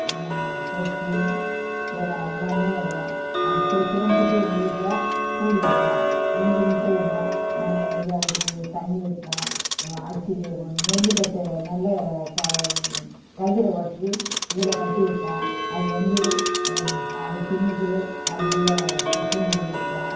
கொக்கு வேறு எல்லாமே வரும் அந்த தே தேன்சிட்டு எங்கள் வீட்டில் கூடு கட்டும் ரெண்டு முட்டையிடும் நாங்கள் வந்து அதுக்கு தண்ணி வைப்போம் அரிசி நெல் கட்டு நெல்லை க கதிரை உடச்சி இதில் கட்டி வைப்போம் அது வந்து அது தின்றுட்டு அது உள்ளே கூ கூண்டு குள்ளே இருக்கும்